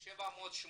עולים,